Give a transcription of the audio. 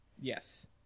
Yes